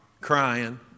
crying